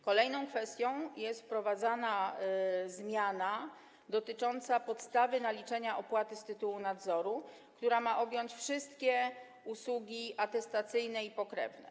Kolejną kwestią jest wprowadzana zmiana dotycząca podstawy naliczania opłaty z tytułu nadzoru, która ma objąć wszystkie usługi atestacyjne i pokrewne.